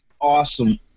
awesome